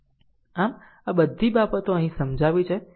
આમ આ બધી બાબતો અહીં સમજાવી છે